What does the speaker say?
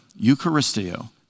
eucharistio